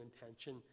intention